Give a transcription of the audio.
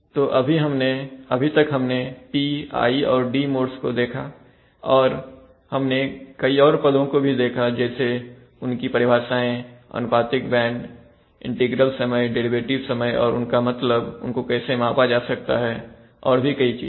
तो अभी तक हमने P I और D मोड्स को देखा और हमने कई और पदों को भी देखा जैसे उनकी परिभाषाएं अनुपातिक बैंड इंटीग्रल समयडेरिवेटिव समय और उनका मतलब उनको कैसे मापा जा सकता है और भी कई चीजें